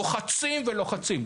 לוחצים ולוחצים.